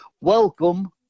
welcome